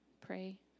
pray